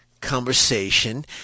conversation